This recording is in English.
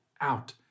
out